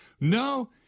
No